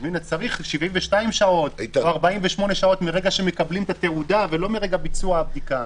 צריך 72 שעות או 48 שעות מרגע שמקבלים את התעודה ולא מרגע ביצוע הבדיקה.